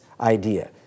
idea